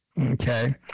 Okay